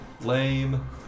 Lame